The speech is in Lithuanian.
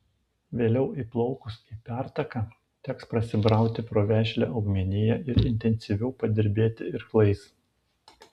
vėliau įplaukus į pertaką teks prasibrauti pro vešlią augmeniją ir intensyviau padirbėti irklais